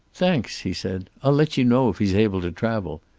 thanks, he said. i'll let you know if he's able to travel.